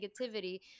negativity